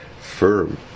firm